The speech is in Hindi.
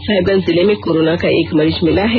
साहिबगंज जिले में कोरोना का एक मरीज मिला है